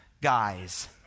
guys